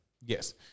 Yes